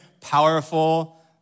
powerful